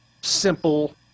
simple